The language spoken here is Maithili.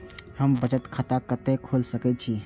हम बचत खाता कते खोल सके छी?